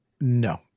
No